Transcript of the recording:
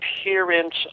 appearance